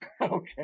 okay